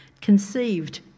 conceived